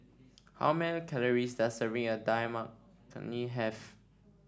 how many calories does serving of Dal Makhani have